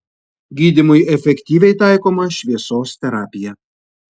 gydymui efektyviai taikoma šviesos terapija